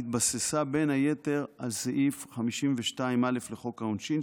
התבססה בין היתר על סעיף 52(א) לחוק העונשין,